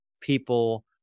people